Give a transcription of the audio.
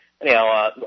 Anyhow